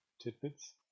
tidbits